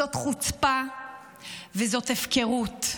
זאת חוצפה וזאת הפקרות.